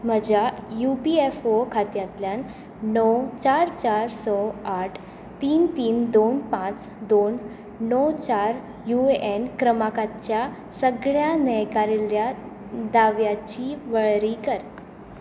म्हज्या U P F O खात्यांतल्यान णव चार चार स आठ तीन तीन दोन पांच दोन णव चार यू एन क्रमांकाच्या सगळ्या न्हयकारिल्ल्या दाव्यांची वळेरी कर